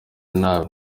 nabi